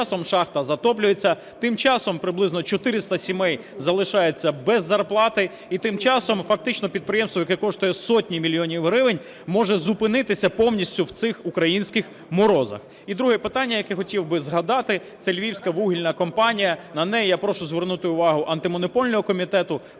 тим часом шахта затоплюється, тим часом приблизно 400 сімей залишаються без зарплати, і тим часом фактично підприємство, яке коштує сотні мільйонів гривень, може зупинитися повністю в цих українських морозах. І друге питання, яке хотів би згадати, - це Львівська вугільна компанія. На неї я прошу звернути увагу Антимонопольного комітету, прошу звернути